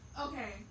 Okay